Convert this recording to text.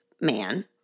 man